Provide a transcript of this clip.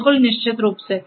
बिल्कुल निश्चित रूप से